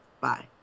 Bye